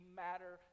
matter